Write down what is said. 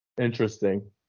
interesting